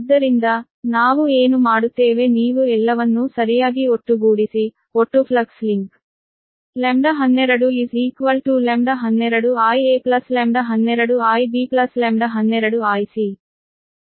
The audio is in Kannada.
ಆದ್ದರಿಂದ ನಾವು ಏನು ಮಾಡುತ್ತೇವೆ ನೀವು ಎಲ್ಲವನ್ನೂ ಸರಿಯಾಗಿ ಒಟ್ಟುಗೂಡಿಸಿ ಒಟ್ಟು ಫ್ಲಕ್ಸ್ ಲಿಂಕ್ λ12 λ12 λ12 λ12 λ12 ಹೇಗಿದ್ದರೂ ಅದು 0 ಆಗಿದೆ